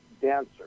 Dancer